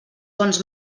bons